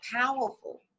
powerful